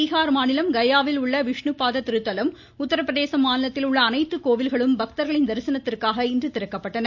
பீகார் மாநிலம் கயாவில் உள்ள விஷ்ணு பாத திருத்தலம் உத்திரபிரதேசம் மாநிலத்தில் உள்ள அனைத்து கோவில்களும் பக்தர்கள் தரிசனத்திற்காக இன்று திறக்கப்பட்டன